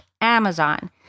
Amazon